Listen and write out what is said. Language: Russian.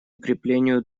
укреплению